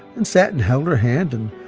and sat and held her hand and